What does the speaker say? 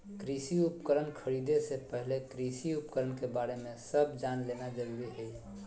कृषि उपकरण खरीदे से पहले कृषि उपकरण के बारे में सब जान लेना जरूरी हई